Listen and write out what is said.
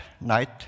night